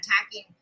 attacking